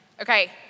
Okay